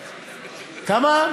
כמה?